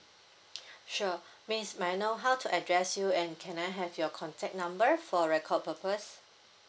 sure miss may I know how to address you and can I have your contact number for record purpose